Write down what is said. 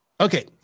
Okay